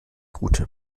gute